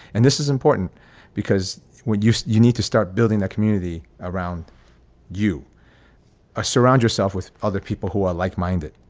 and this is important because when you you need to start building that community around you ah surround yourself with other people who are like minded.